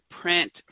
print